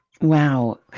Wow